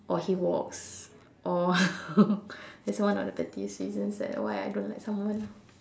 or he walks or that's one of the pettiest reasons that why I don't like someone lor